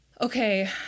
okay